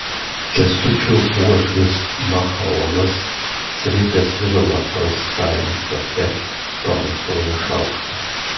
kęstučio uošvis machaonas srėbęs viralą prastajam kampe pamosuoja šaukštu